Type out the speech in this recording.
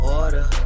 order